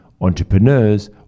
entrepreneurs